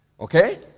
Okay